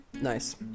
Nice